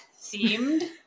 themed